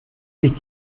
sich